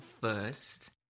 first